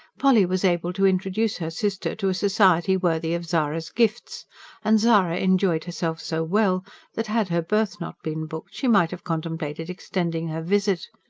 polly was able to introduce her sister to a society worthy of zara's gifts and zara enjoyed herself so well that, had her berth not been booked, she might have contemplated extending her visit.